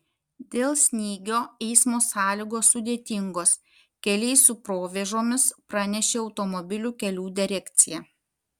dėl snygio eismo sąlygos sudėtingos keliai su provėžomis pranešė automobilių kelių direkcija